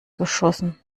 geschossen